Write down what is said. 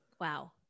Wow